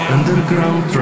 Underground